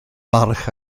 barch